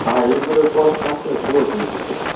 હા એ બધો કોર્સ કમ્પલીટ પૂરો થઈ ગયો સાહેબ